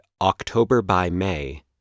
octoberbymay